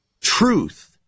Truth